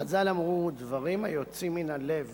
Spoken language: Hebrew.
חז"ל אמרו: דברים היוצאים מן הלב